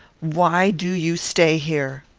why do you stay here?